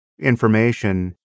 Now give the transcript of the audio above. information